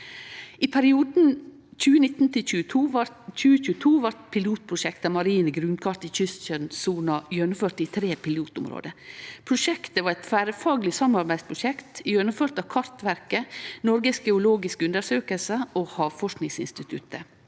I perioden 2019 til 2022 blei pilotprosjektet «Marine grunnkart i kystsonen» gjennomført i tre pilotområde. Prosjektet var eit tverrfagleg samarbeidsprosjekt gjennomført av Kartverket, Norges geologiske undersøkelse og Havforskingsinstituttet.